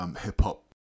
hip-hop